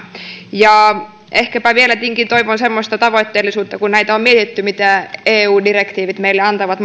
ehkäpä vieläkin toivon semmoista tavoitteellisuutta kun näitä on mietitty mitä mahdollisuuksia eu direktiivit meille antavat